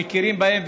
ומכירים בהם,